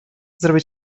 zrobię